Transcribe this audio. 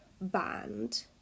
band